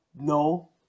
no